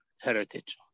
heritage